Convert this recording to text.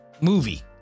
movie